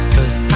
Cause